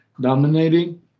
dominating